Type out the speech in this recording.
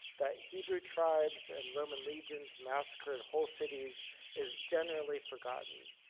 that hebrew tribes and roman legions massacred whole cities is generally forgotten.